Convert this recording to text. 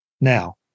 Now